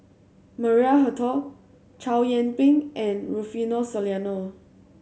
Maria Hertogh Chow Yian Ping and Rufino Soliano